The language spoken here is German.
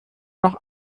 noch